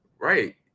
Right